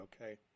Okay